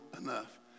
enough